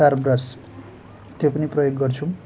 तार ब्रस त्यो पनि प्रयोग गर्छौँ